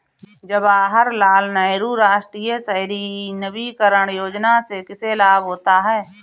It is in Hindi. जवाहर लाल नेहरू राष्ट्रीय शहरी नवीकरण योजना से किसे लाभ होता है?